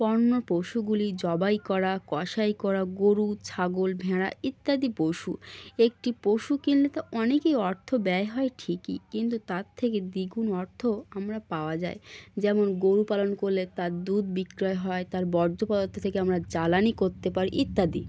পণ্য পশুগুলি জবাই করা কষাই করা গরু ছাগল ভেড়া ইত্যাদি পশু একটি পশু কিনলে তো অনেকই অর্থ ব্যয় হয় ঠিকই কিন্তু তার থেকে দ্বিগুণ অর্থ আমরা পাওয়া যায় যেমন গরুপালন করলে তার দুধ বিক্রয় হয় তার বর্জ্য পদার্থ থেকে আমরা জ্বালানি করতে পারি ইত্যাদি